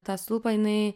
tą stulpą jinai